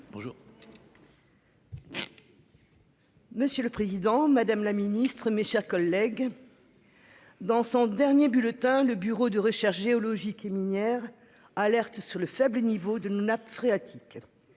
Monsieur le Président Madame la Ministre, mes chers collègues. Dans son dernier bulletin, le Bureau de recherches géologiques et minières alertent sur le faible niveau des nappes phréatiques.